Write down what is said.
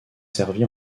servi